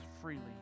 freely